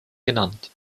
genannt